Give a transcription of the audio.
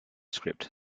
script